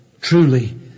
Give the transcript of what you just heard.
Truly